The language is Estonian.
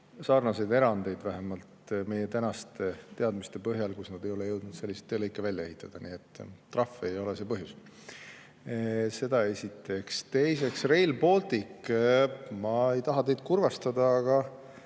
sarnaseid erandeid, vähemalt meie tänaste teadmiste põhjal, sest nad ei ole jõudnud selliseid teelõike välja ehitada. Nii et trahv ei ole see põhjus. Seda esiteks. Teiseks Rail Baltic. Ma ei taha teid kurvastada, aga